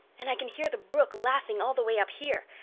and i can hear the brook laughing all the way up here.